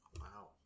Wow